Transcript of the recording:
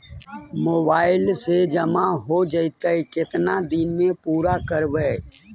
Mobile से जामा हो जैतय, केतना दिन में पुरा करबैय?